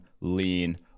lean